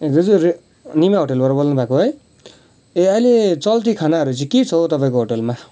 ए दाजु रे निमा होटलबाट बोल्नुभएको है ए आहिले चल्ती खानाहरू चाहिँ के छ हौ तपाईँको होटलमा